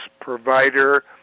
provider